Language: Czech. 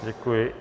Děkuji.